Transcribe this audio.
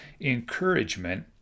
encouragement